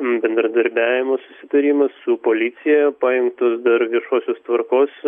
bendradarbiavimo susitarimas su policija paimtos dar viešosios tvarkos